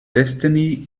destiny